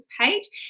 page